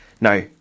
now